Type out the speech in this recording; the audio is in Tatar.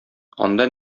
анда